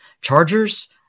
chargers